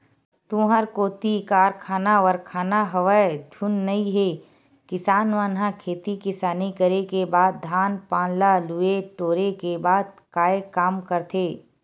तुँहर कोती कारखाना वरखाना हवय धुन नइ हे किसान मन ह खेती किसानी करे के बाद धान पान ल लुए टोरे के बाद काय काम करथे?